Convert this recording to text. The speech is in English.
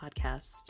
Podcast